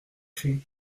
cri